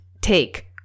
take